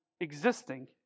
existing